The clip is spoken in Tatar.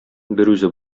берүзе